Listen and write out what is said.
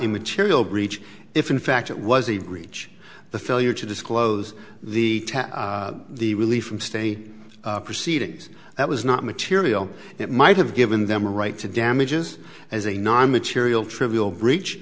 a material breach if in fact it was a breach the failure to disclose the the relief from state proceedings that was not material that might have given them a right to damages as a non material trivial